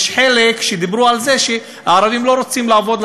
חלק דיברו על זה שהערבים לא רוצים לעבוד,